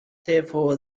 therefore